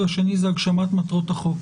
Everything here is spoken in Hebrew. והגשמת מטרות החוק.